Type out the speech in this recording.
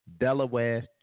Delaware